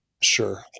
Sure